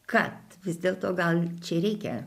kad vis dėl to gal čia reikia